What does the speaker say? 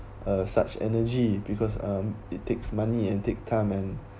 uh such energy because um it takes money and take time and